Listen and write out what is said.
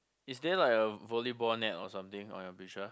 is there like a volleyball net or something on your picture